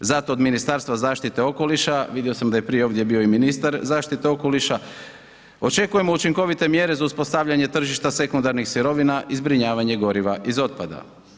Zato od Ministarstva zaštite okoliša, vidio sam da je prije ovdje bio i ministar zaštite okoliša, očekujemo učinkovite mjere za uspostavljanje tržišta sekundarnih sirovina i zbrinjavanje goriva iz otpada.